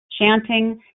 chanting